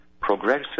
Progressive